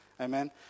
amen